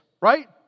right